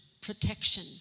protection